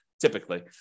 typically